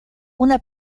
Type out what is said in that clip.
una